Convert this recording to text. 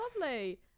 lovely